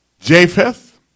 Japheth